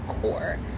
core